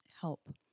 help